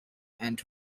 and